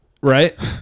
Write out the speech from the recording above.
right